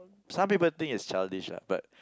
some people think it's childish lah but